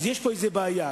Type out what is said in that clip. כנראה יש פה איזו בעיה.